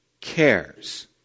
cares